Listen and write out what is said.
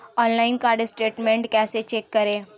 Online card statement कैसे check करें?